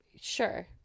Sure